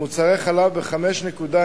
ומוצרי חלב ב-5.1%,